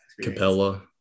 Capella